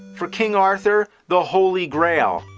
for king arthur, the holy grail.